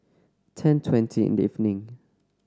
ten twenty in the evening